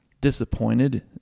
disappointed